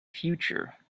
future